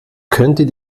könntet